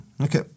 Okay